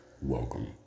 Welcome